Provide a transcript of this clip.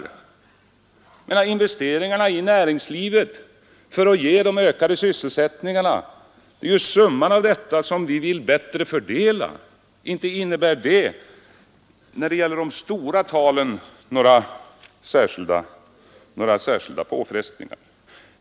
Det är summan av investeringarna i näringslivet som vi vill fördela bättre för att ge ökad sysselsättning. Inte innebär det några särskilt stora påfrestningar i förhållande till summan av investeringar.